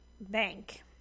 bank